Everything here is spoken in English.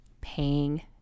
paying